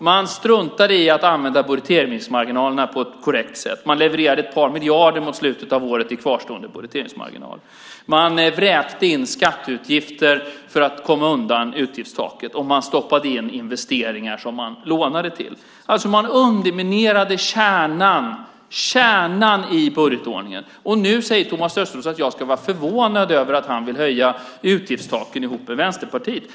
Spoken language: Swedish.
Man struntade i att använda budgeteringsmarginalerna på ett korrekt sätt. Man levererade ett par miljarder i slutet av året i kvarstående budgeteringsmarginal. Man vräkte in skatteutgifter för att komma undan utgiftstaket, och man stoppade in investeringar som man lånade till. Man underminerade alltså kärnan i budgetordningen. Nu säger Thomas Östros att jag ska vara förvånad över att han vill höja utgiftstaken ihop med Vänsterpartiet.